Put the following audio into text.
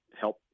help